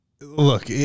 Look